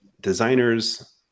designers